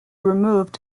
removed